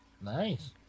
Nice